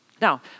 Now